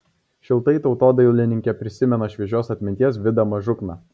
šiltai tautodailininkė prisimena šviesios atminties vidą mažukną